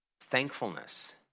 thankfulness